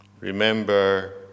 Remember